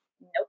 Nope